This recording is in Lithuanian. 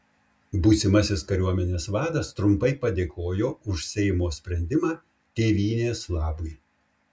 būsimasis kariuomenės vadas trumpai padėkojo už seimo sprendimą tėvynės labui